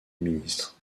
ministre